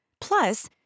Plus